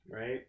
Right